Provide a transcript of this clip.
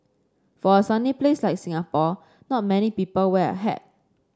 for a sunny place like Singapore not many people wear a hat